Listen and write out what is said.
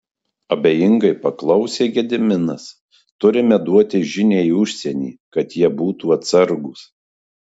abejingai paklausė gediminas turime duoti žinią į užsienį kad jie būtų atsargūs